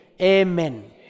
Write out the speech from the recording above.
Amen